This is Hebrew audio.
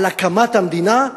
על הקמת המדינה,